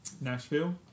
Nashville